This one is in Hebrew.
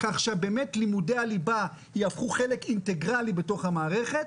כך שבאמת לימודי הליבה יהפכו חלק אינטגרלי בתוך המערכת,